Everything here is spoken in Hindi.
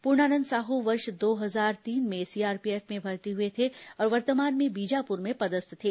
पूर्णानंद साहू वर्ष दो हजार तीन में सीआरपीएफ में भर्ती हुए थे और वर्तमान में बीजापुर में पदस्थ थे